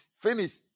Finish